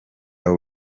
abo